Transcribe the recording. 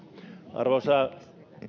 arvoisa